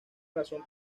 razón